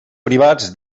privats